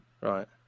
Right